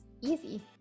easy